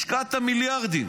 השקעת מיליארדים